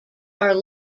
are